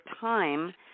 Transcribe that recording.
time